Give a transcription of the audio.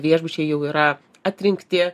viešbučiai jau yra atrinkti